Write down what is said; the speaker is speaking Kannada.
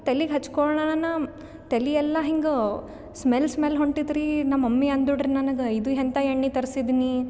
ತೆಲಿಗೆ ಹಚ್ಕೊಳ್ಳೋಣ ತಲಿ ಎಲ್ಲ ಹಿಂಗೆ ಸ್ಮೆಲ್ ಸ್ಮೆಲ್ ಹೊಂಟಿತ್ರಿ ನಮ್ಮ ಮಮ್ಮಿ ಅಂದುಡ್ರ ನನಗೆ ಇದು ಎಂಥ ಎಣ್ಣೆ ತರ್ಸಿದೆ ನೀ